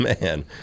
man